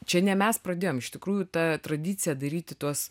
čia ne mes pradėjom iš tikrųjų ta tradicija daryti tuos